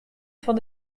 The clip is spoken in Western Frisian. fan